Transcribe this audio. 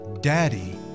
daddy